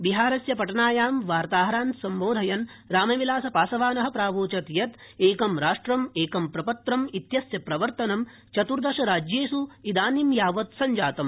बिहारस्य पटनायां वार्ताहरान् सम्बोधयन् रामविलासपासवान प्रावोचत् यत् एकं राष्ट्रम् एकं प्रपत्रम इत्यस्य प्रवर्तनं चतुर्दशराज्येष सञ्जातम